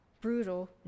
brutal